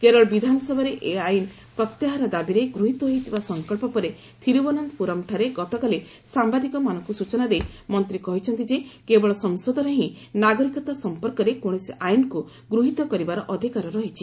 କେରଳ ବିଧାନସଭାରେ ଏହି ଆଇନ ପ୍ତ୍ୟାହାର ଦାବିରେ ଗୃହୀତ ହୋଇଥିବା ସଂକଳ୍ପ ପରେ ଥିରୁବନନ୍ତପୁରମ୍ଠାରେ ଗତକାଲି ସାମ୍ବାଦିକମାନଙ୍କୁ ସୂଚନା ଦେଇ ମନ୍ତ୍ରୀ କହିଛନ୍ତି ଯେ କେବଳ ସଂସଦର ହିଁ ନାଗରିକତା ସଂପର୍କରେ କୌଣସି ଆଇନକୁ ଗୃହୀତ କରିବାର ଅଧିକାର ରହିଛି